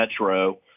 metro